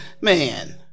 Man